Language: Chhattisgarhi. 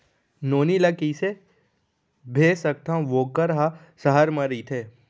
नोनी ल कइसे पइसा भेज सकथव वोकर ह सहर म रइथे?